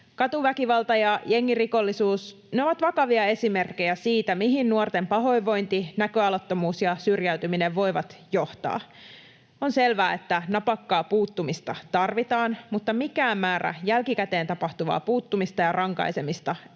Katuväkivalta ja jengirikollisuus ovat vakavia esimerkkejä siitä, mihin nuorten pahoinvointi, näköalattomuus ja syrjäytyminen voivat johtaa. On selvää, että napakkaa puuttumista tarvitaan, mutta mikään määrä jälkikäteen tapahtuvaa puuttumista ja rankaisemista